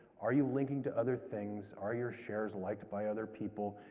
are you linking to other things? are your shares liked by other people?